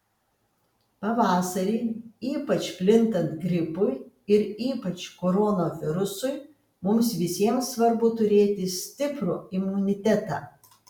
pavasarį ypač plintant gripui ir ypač koronavirusui mums visiems svarbu turėti stiprų imunitetą